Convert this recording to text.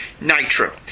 Nitro